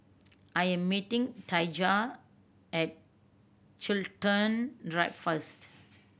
I am meeting Daijah at Chiltern Drive first